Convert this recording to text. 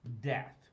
death